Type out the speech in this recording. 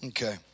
Okay